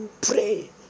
pray